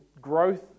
growth